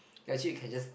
ya actually you can just